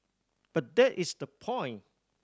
but that is the point